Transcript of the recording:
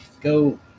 go